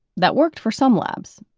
that worked for some labs,